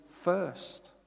first